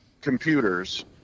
computers